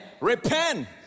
Repent